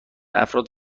افراد